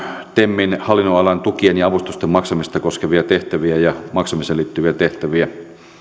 temin hallinnonalan tukien ja avustusten maksamista koskevia tehtäviä ja maksamiseen liittyviä tehtäviä